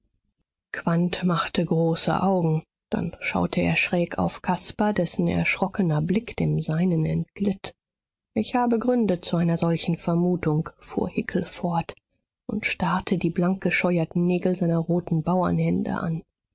machte große augen dann schaute er schräg auf caspar dessen erschrockener blick dem seinen entglitt ich habe gründe zu einer solchen vermutung fuhr hickel fort und starrte die blankgescheuerten nägel seiner roten bauernhände an